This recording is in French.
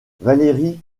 valérie